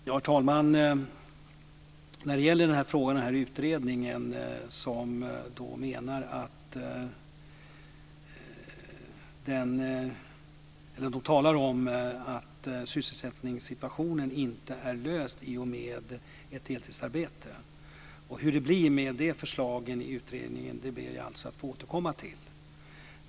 Herr talman! I utredningen talas det om att sysselsättningssituationen inte är löst i och med ett deltidsarbete, och hur det blir med dessa förslag i utredningen ber jag att få återkomma till.